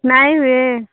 ନାଇବେ